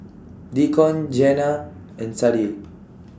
Deacon Jeana and Sadye